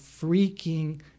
freaking